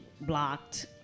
blocked